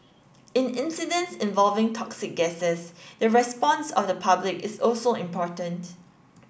in incidents involving toxic gases the response of the public is also important